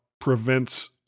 prevents